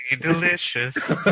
Delicious